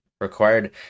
Required